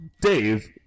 Dave